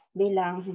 bilang